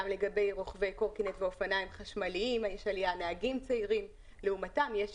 גם לגבי רוכבי קורקינט ואופניים חשמליים יש עלייה,